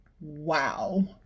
Wow